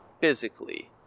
physically